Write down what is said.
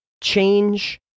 change